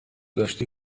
داشتی